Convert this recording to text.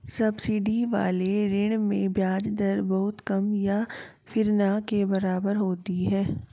subsidy वाले ऋण में ब्याज दर बहुत कम या फिर ना के बराबर होती है